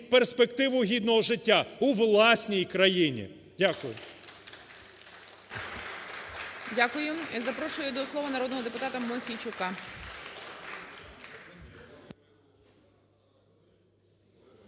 перспективу гідного життя у власній країні. Дякую. ГОЛОВУЮЧИЙ. Дякую. Запрошую до слова народного депутатаМосійчука.